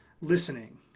listening